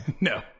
No